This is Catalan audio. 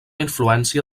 influència